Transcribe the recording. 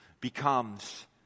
becomes